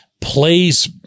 plays